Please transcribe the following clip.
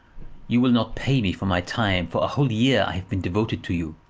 you will not pay me for my time for a whole year i have been devoted to you!